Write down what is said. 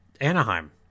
Anaheim